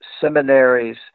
seminaries